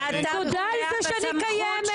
תודה על זה שאני קיימת,